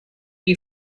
die